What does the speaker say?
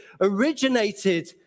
originated